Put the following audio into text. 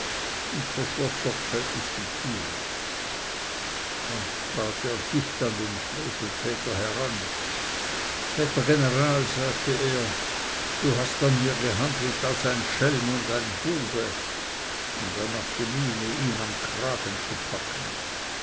und verschloß sorgfältig die türe dann trat er dicht an den freveltäter heran vetter general sagte er du hast an mir gehandelt als ein schelm und ein bube und er machte miene ihn am kragen zu packen